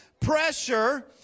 pressure